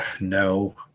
No